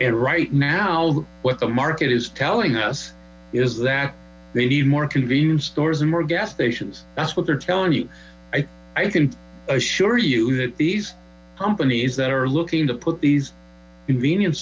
and right now what the market is telling us is that they need more convenience stores and more gas stations that's what they're telling you i can assure you that these companies that are looking to put these convenience